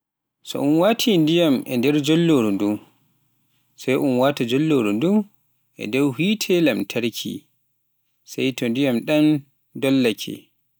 so un un wati ndiyam e nder jolloru ndun sai un wata njollorindun e dow hite lantarkije un huɓɓa, sai to ndiyan dollake